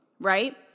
right